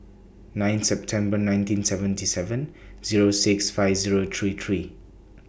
nine September nineteen seventy seven Zero six five Zero three three